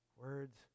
words